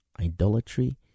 idolatry